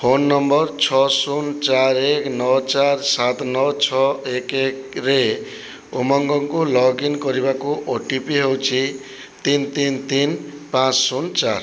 phone number ଛଅ ଶୁନ ଚାର୍ ଏକ୍ ନଅ ଚାର୍ ସାତ୍ ନଅ ଛଅ ଏକ୍ ଏକ୍ରେ ଉମଙ୍ଗକୁ ଲଗ୍ ଇନ୍ କରିବାକୁ ଓଟିପି ହେଉଛି ତିନ୍ ତିନ୍ ତିନ୍ ପାଞ୍ଚ ଶୁନ୍ ଚାର୍